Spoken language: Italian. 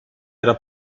era